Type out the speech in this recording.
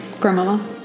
Grandma